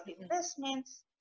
investments